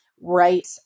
right